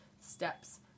steps